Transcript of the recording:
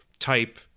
type